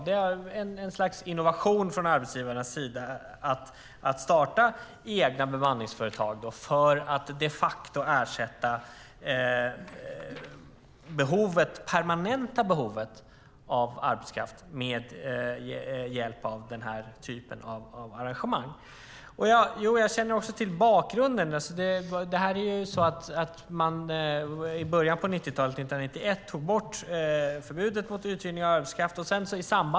Det är ett slags innovation från arbetsgivarens sida att starta egna bemanningsföretag för att de facto ersätta det permanenta behovet av arbetskraft med den typen av arrangemang. Jag känner också till bakgrunden. År 1991 tog man bort förbudet mot uthyrning av arbetskraft.